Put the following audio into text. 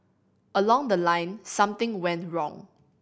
along the line something went wrong